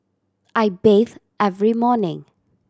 I bathe every morning